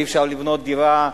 אי-אפשר לבנות דירה,